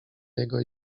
jego